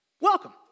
Welcome